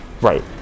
Right